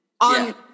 on